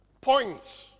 points